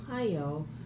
Ohio